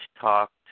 talked